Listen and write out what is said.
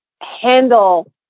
handle